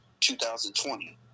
2020